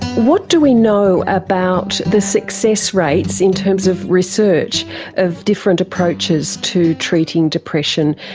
what do we know about the success rates in terms of research of different approaches to treating depression,